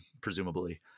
presumably